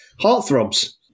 heartthrobs